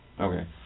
Okay